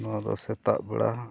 ᱱᱚᱣᱟ ᱫᱚ ᱥᱮᱛᱟᱜ ᱵᱮᱲᱟ